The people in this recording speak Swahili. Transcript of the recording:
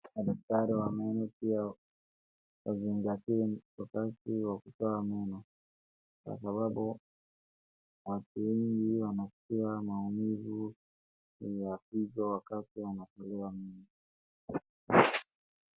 Madaktari wa meno pia wazingatie mchakato wa kutoa meno. Kwa sababu watu wengi wanaskia maumivu ya kichwa wakati wanatolewa meno.